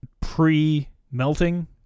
Pre-melting